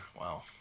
Wow